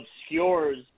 obscures